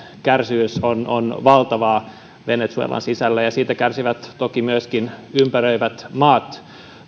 kärsimys on on valtavaa venezuelan sisällä ja siitä kärsivät toki myöskin ympäröivät maat